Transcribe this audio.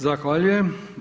Zahvaljujem.